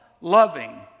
loving